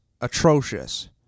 atrocious